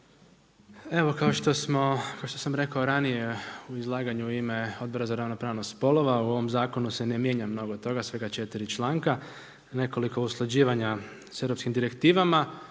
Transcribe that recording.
Evo kao što sam rekao ranije u izlaganju Odbora za ravnopravnost spolova, u ovom zakonu se ne mijenja mnogo toga, svega 4 članka, nekoliko usklađivanja sa europskim direktivama,